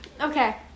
Okay